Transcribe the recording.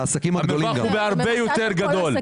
המרווח הרבה יותר גדול.